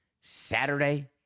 Saturday